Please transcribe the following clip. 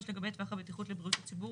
(3) לגבי טווח הבטיחות לבריאות הציבור